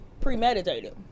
premeditated